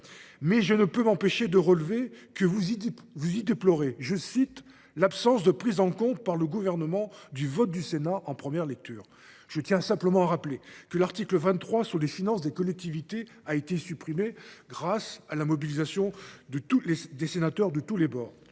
mais je ne peux m’empêcher de relever que vous y déplorez « l’absence de prise en compte par le Gouvernement du vote du Sénat en première lecture ». Je tiens simplement à rappeler que l’article 23 relatif aux finances des collectivités a été supprimé grâce à la mobilisation des sénateurs de tous bords.